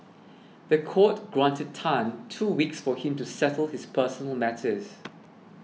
the court granted Tan two weeks for him to settle his personal matters